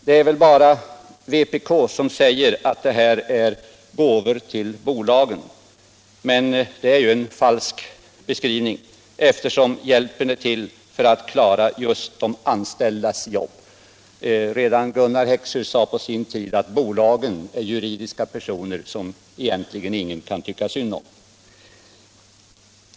Det är väl bara vpk som säger att detta är gåvor till bolagen. Det är en falsk beskrivning, eftersom hjälpen är till för att klara de anställdas jobb. Redan Gunnar Heckscher sade på sin tid att bolagen är juridiska personer, som egentligen ingen kan tycka synd om.